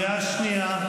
חבר כנסת לוי, קריאה שנייה.